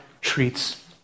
treats